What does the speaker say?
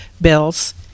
bills